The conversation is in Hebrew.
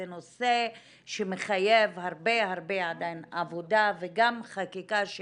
זה נושא שמחייב הרבה הרבה עבודה וגם חקיקה.